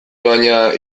baina